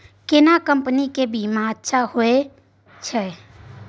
केना कंपनी के बीमा अच्छा होय छै?